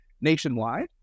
nationwide